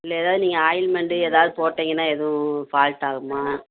இல்லை ஏதாவது நீங்கள் ஆயில்மெண்டு ஏதாது போட்டிங்கன்னா எதுவும் ஃபால்ட்டாகுமா